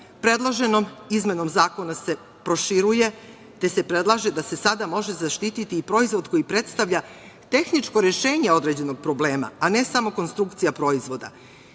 Predloženom izmenom zakona se proširuje, te se predlaže da se sada može zaštiti i proizvod koji predstavlja tehničko rešenje određenog problema, a ne samo konstrukcija proizvoda.